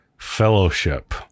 fellowship